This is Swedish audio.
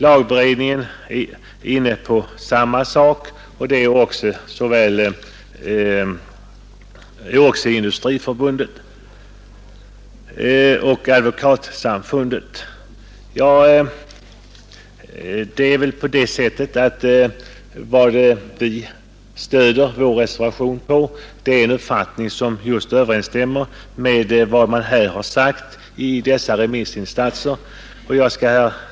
Lagberedningen är inne på samma linje, och det är även Industriförbundet och Sveriges advokatsamfund. Den uppfattning som vi stöder vår reservation på överensstämmer med vad dessa remissinstanser sagt. Herr talman!